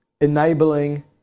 enabling